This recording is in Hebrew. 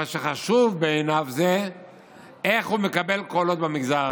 שחשוב בעיניו זה איך הוא מקבל קולות במגזר הערבי.